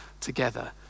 together